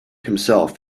himself